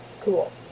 Cool